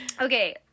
Okay